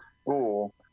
school